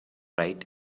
right